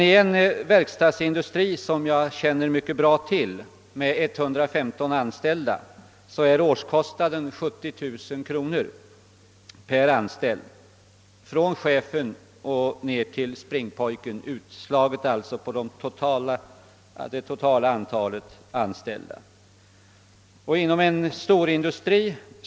I en verkstadsindustri, som jag känner mycket bra till och som har 115 anställda, är årskostnaden 70 000 kronor per anställd — från chefen och ned till springpojken, alltså utslaget på totala antalet anställda. Inom en storindustri.